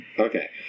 Okay